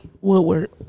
Woodward